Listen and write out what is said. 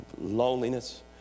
loneliness